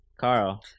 Carl